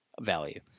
value